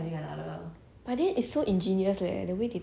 it's quite ingenious but then